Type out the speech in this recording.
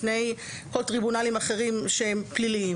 לפני כל טריבונלים אחרים שהם פליליים.